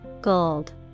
gold